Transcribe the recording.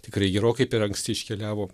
tikrai gerokai per anksti iškeliavo